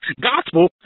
gospel